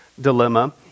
dilemma